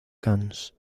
cannes